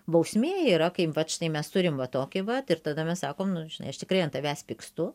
bausmė yra kaip vat štai mes turim va tokį vat ir tada mes sakom nu žinai aš tikrai ant tavęs pykstu